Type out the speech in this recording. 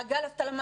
מעגל אבטלה.